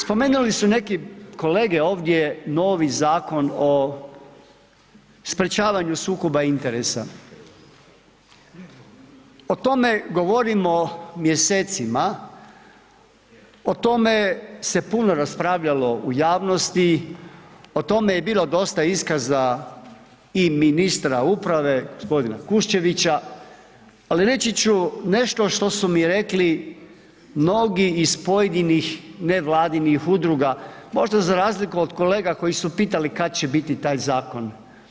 Spomenuli su neki kolege ovdje novi Zakon o sprječavanju sukoba interesa, o tome govorimo mjesecima, o tome se puno raspravljalo u javnosti, o tome je bilo dosta iskaza i ministra uprave g. Kuščevića, ali reći ću nešto što su mi rekli mnogi iz pojedinih nevladinih udruga, možda za razliku od kolega koji su pitali kad će biti taj zakon.